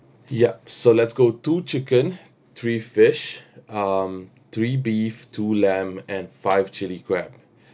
yup so let's go two chicken three fish um three beef two lamb and five chilli crab um